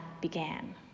began